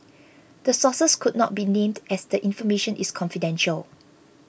the sources could not be named as the information is confidential